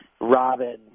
Robin